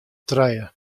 trije